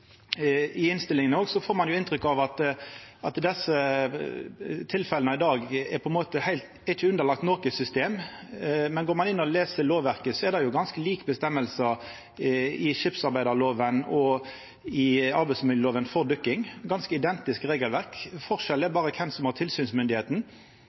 dag ikkje er underlagde noko system. Men går ein inn og les i lovverket, er det ganske like fråsegner i skipsarbeidslova og i arbeidsmiljølova for dykking – det er eit ganske identisk regelverk. Forskjellen er